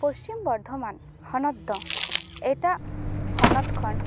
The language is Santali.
ᱯᱚᱪᱷᱤᱢ ᱵᱚᱨᱫᱷᱚᱢᱟᱱ ᱦᱚᱱᱚᱛ ᱫᱚ ᱮᱴᱟᱜ ᱦᱚᱱᱚᱛ ᱠᱷᱚᱱ